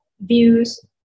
views